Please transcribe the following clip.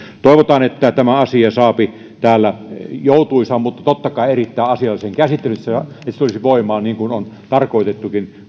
toivotaan että tämä tämä asia saapi täällä joutuisan mutta totta kai erittäin asiallisen käsittelyn että se tulisi voimaan mahdollisimman nopeasti niin kuin on tarkoitettukin